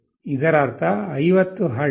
ಇದರರ್ಥ 50 ಹರ್ಟ್ಜ್